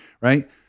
right